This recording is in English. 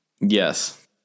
Yes